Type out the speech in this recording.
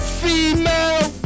female